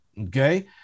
Okay